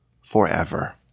forever